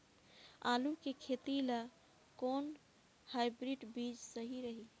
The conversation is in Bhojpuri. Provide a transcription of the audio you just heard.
आलू के खेती ला कोवन हाइब्रिड बीज सही रही?